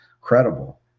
credible